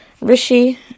Rishi